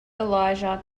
elijah